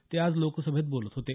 ते आज लोकसभेत बोलत होते